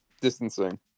Distancing